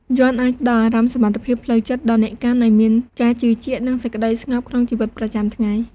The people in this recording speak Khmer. យន្តអាចផ្ដល់អារម្មណ៍សុវត្ថិភាពផ្លូវចិត្តដល់អ្នកកាន់ ឲ្យមានការជឿជាក់ និងសេចក្តីស្ងប់ក្នុងជីវិតប្រចាំថ្ងៃ។